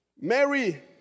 Mary